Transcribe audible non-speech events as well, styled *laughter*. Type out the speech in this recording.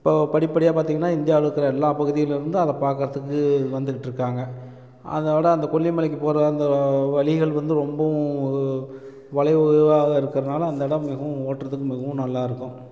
இப்போது படிப்படியாக பார்த்தீங்கன்னா இந்தியாவில் இருக்கிற எல்லாம் பகுதியில் இருந்து அதை பார்க்கறத்துக்கு வந்துக்கிட்டிருக்காங்க அதோடு அந்த கொல்லிமலைக்கு போற அந்த வழிகள் வந்து ரொம்பவும் வளைவு *unintelligible* இருக்கிறனால அந்த இடம் மிகவும் ஓட்டுறதுக்கு மிகவும் நல்லாயிருக்கும்